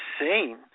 insane